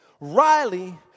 Riley